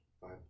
five